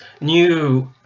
new